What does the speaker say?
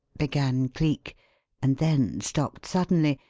began cleek and then stopped suddenly,